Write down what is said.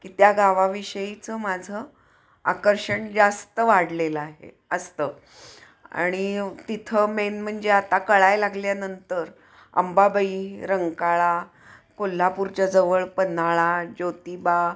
की त्या गावाविषयीचं माझं आकर्षण जास्त वाढलेलं आहे असतं आणि तिथं मेन म्हणजे आता कळाय लागल्यानंतर अंबाबई रंकाळा कोल्हापूरच्या जवळ पन्हाळा ज्योतिबा